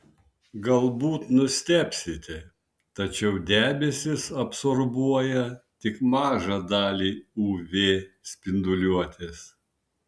galbūt nustebsite tačiau debesys absorbuoja tik mažą dalį uv spinduliuotės